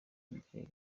imbere